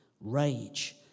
rage